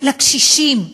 לקשישים,